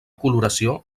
coloració